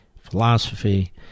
philosophy